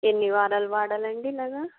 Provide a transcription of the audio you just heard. ఎన్ని వారాలు వాడాలండి ఇలాగ